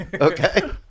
okay